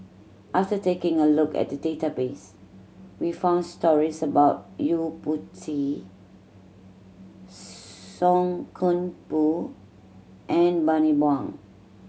after taking a look at the database we found stories about Yo Po Tee Song Koon Poh and Bani Buang